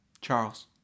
Charles